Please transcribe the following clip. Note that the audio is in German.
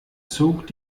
zog